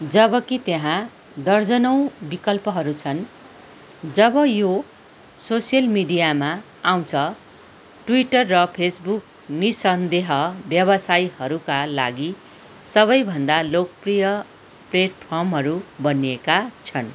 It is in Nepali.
जबकि त्यहाँ दर्जनौँ विकल्पहरू छन् जब यो सोसियल मिडियामा आउँछ ट्विटर र फेसबुक नि सन्देह व्यवसायहरूका लागि सबैभन्दा लोकप्रिय प्लेटफर्महरू बनिएका छन्